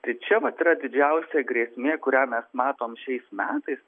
tai čia vat yra didžiausia grėsmė kurią mes matom šiais metais